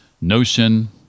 notion